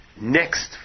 next